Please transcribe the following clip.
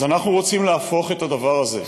אז אנחנו רוצים להפוך את הדבר הזה.